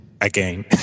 again